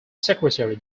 secretary